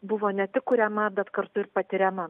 buvo ne tik kuriama bet kartu ir patiriama